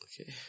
Okay